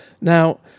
Now